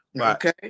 Okay